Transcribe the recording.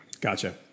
gotcha